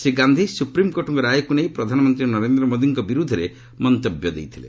ଶ୍ରୀ ଗାନ୍ଧୀ ସୁପ୍ରିମକୋର୍ଟଙ୍କ ରାୟକୁ ନେଇ ପ୍ରଧାନମନ୍ତ୍ରୀ ନରେନ୍ଦ୍ର ମୋଦିଙ୍କ ବିରୁଦ୍ଧରେ ମନ୍ତବ୍ୟ ଦେଇଥିଲେ